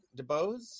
DeBose